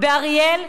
באריאל,